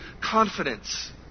confidence